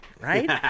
Right